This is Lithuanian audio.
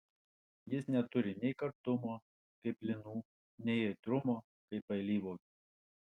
jis neturi nei kartumo kaip linų nei aitrumo kaip alyvuogių